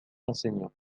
enseignants